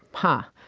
huh.